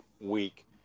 week